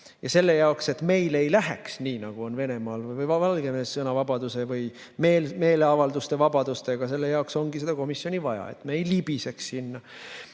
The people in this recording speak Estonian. on. Selle jaoks, et meil ei läheks nii, nagu on Venemaal või Valgevenes sõnavabaduse või meeleavalduste vabadusega, ongi seda komisjoni vaja, et me ei libiseks